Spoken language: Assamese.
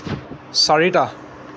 চাৰিটা